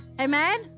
amen